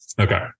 Okay